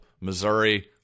Missouri